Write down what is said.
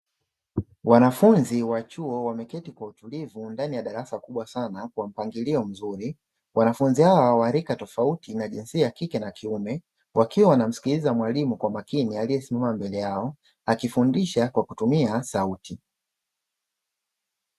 Wanafunzi wa chuo wameketi kwa utulivu ndani ya darasa kubwa sana kwa mpangilio mzuri. Wanafunzi hawa wa rika tofauti na jinsia ya kike na kiume wakiwa wanamsikiliza mwalimu kwa makini aliyesimama mbele yao akifundisha kwa kutumia sauti.